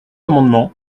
amendement